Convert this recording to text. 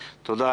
תודה.